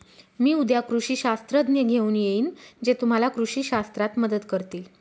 मी उद्या कृषी शास्त्रज्ञ घेऊन येईन जे तुम्हाला कृषी शास्त्रात मदत करतील